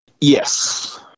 Yes